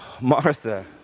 Martha